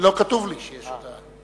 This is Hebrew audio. לא כתוב לי שיש הודעה.